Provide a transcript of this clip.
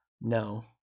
No